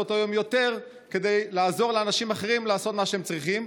היום יותר כדי לעזור לאנשים אחרים לעשות מה שהם צריכים,